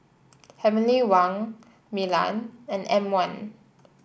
Heavenly Wang Milan and M one